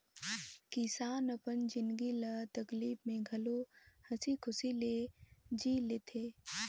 किसान अपन जिनगी ल तकलीप में घलो हंसी खुशी ले जि ले थें